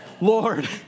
Lord